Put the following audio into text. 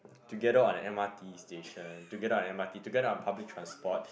together on M_R_T station together on M_R_T together on public transport